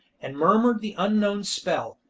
and murmured the unknown spell,